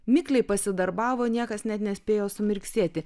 mikliai pasidarbavo niekas net nespėjo sumirksėti